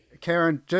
Karen